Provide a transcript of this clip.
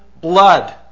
blood